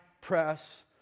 press